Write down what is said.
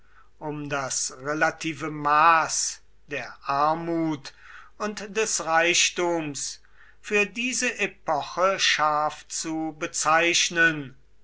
um das relative maß der armut und des reichtums für diese epoche scharf zu bezeichnen